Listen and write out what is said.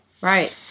right